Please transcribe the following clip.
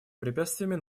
препятствиями